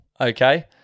Okay